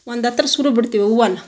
ಒಂದುಹತ್ರ ಸುರುವಿಬಿಡ್ತೀವಿ ಹೂವನ್ನು